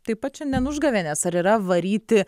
taip pat šiandien užgavėnės ar yra varyti